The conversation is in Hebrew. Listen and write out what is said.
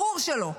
ברור שלא.